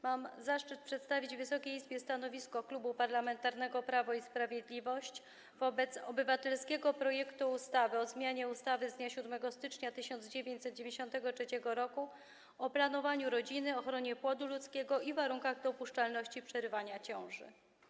Mam zaszczyt przedstawić Wysokiej Izbie stanowisko Klubu Parlamentarnego Prawo i Sprawiedliwość wobec obywatelskiego projektu ustawy o zmianie ustawy z dnia 7 stycznia 1993 r. o planowaniu rodziny, ochronie płodu ludzkiego i warunkach dopuszczalności przerywania ciąży.